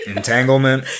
Entanglement